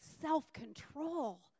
self-control